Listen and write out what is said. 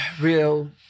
real